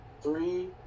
three